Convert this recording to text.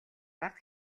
бага